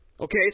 Okay